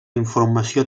informació